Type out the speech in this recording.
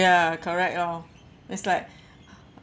ya correct lor it's like